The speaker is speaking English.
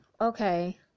okay